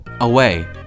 Away